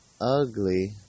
ugly